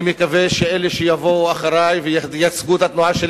אני מקווה שאלה שיבואו אחרי וייצגו את התנועה שלי